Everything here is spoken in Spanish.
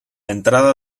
entrada